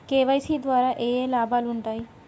KYC ద్వారా ఏఏ లాభాలు ఉంటాయి?